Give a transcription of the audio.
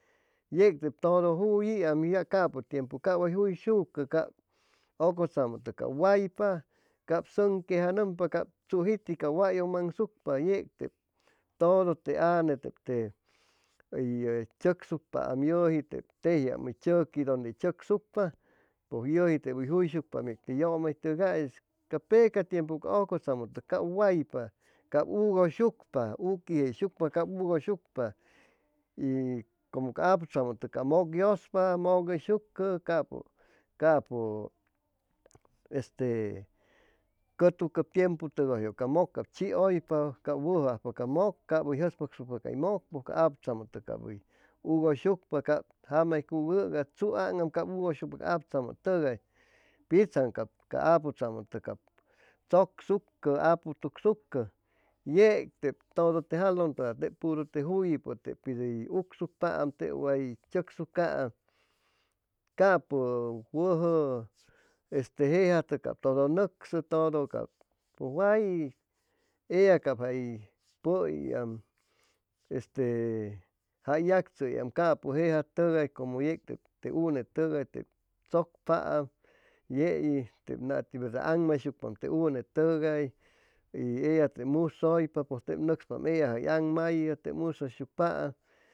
Yec tep todo juyiam capʉ tiempu cap way juyshucʉ cap apʉtzamotoc cap waypa cap sʉnquejanʉmpa cap tzujiti cap wayʉŋmaŋsucpa yec tep todo te anne tep te hʉyʉuʉ tzʉcsucpaam yʉji tep tejiam hʉy tzʉqui donde tzʉccpa pʉj yʉji tey hʉy juyshucpa te yʉmaytʉgais ca peca tiempu ca ʉcʉtzamʉtʉgais cap waypa cap ugʉyshucpa uqui jeyshucpa cap ugʉyshucpa y como ca aputzamʉtʉc cap mʉc yʉspa mʉc hʉyshucʉ capʉ capʉ este cʉtugtiempu tʉgʉyjʉ ca mʉc cap chihʉypa cap wʉjʉ ajpa ca mʉc cap hʉy jʉspʉcsucʉ cay mʉc pʉj ca apʉtzamʉtʉk cap ugʉyshucpa cap jama hʉy cug hʉga tzuaŋam cap ugʉyshucpa ca aputzamʉtʉgais pitzaŋ cap ca aputzamʉtʉg tzʉcsucʉ apu tugsucʉ yei tep todo te jalʉntʉgais tep puru te juyipʉ tep pi tep hʉy ugsucpaam tep way tzʉcsucaam caapʉ wʉjʉ este jejatʉk todo nʉcsʉ todo cap pʉj way ella cap jay pʉiam ste jay yactzʉyiam capʉ jejatʉgay como yey te unetʉgais tzʉcpaam yei tep nati verda aŋmayshucpaam unetʉgay y ella tep musʉypa pʉj tep nʉcspam ellajʉ hʉy aŋmayʉ tep musʉyshucpaam